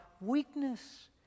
weakness